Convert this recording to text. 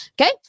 Okay